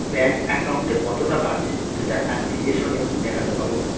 bank একাউন্টে কত টাকা আছে সেটা অ্যাপ্লিকেসনে দেখাতে পাবো